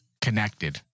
connected